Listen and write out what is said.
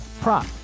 prop